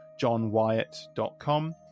johnwyatt.com